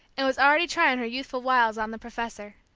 and was already trying her youthful wiles on the professor.